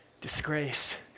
disgrace